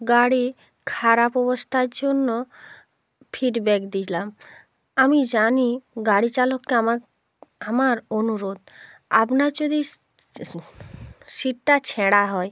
গাড়ি খারাপ অবস্থার জন্য ফিডব্যাক দিলাম আমি জানি গাড়ি চালককে আমার আমার অনুরোধ আপনার যদি সিটটা ছেঁড়া হয়